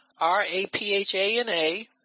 R-A-P-H-A-N-A